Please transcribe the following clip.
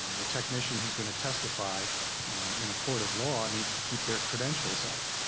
the technicians who's gonna testify in a court of law needs to keep their credentials up.